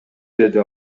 деди